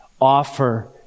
offer